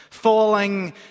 Falling